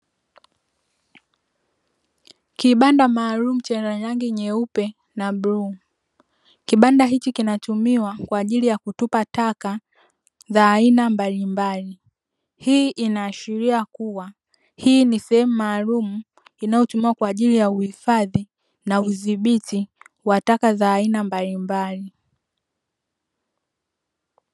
Kibanda maalumu chenye rangi nyeupe na bluu, kibanda hiki kinatumuwa kwa ajili ya kutupa taka za aina mbalimbali. Hii inaashiria kuwa hii ni sehemu maalumu inayo tumiwa kwa ajili ya uhifadhi na udhibiti wa taka za aina mbalimbali.